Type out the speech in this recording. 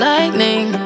Lightning